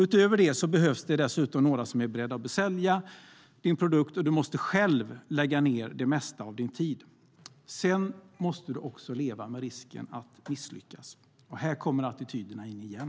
Utöver detta behövs det dessutom några som är beredda att sälja din produkt, och du måste själv lägga ned det mesta av din tid. Sedan måste du också leva med risken att misslyckas, och här kommer attityderna in igen.